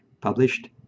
published